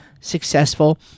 successful